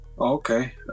Okay